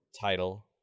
Title